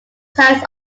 types